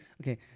Okay